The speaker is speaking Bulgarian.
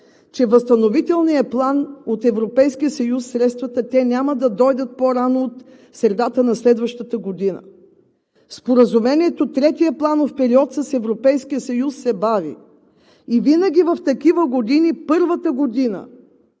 по възстановителния план от Европейския съюз няма да дойдат по-рано от средата на следващата година. Споразумението за третия планов период с Европейския съюз се бави. И винаги в такива години първата година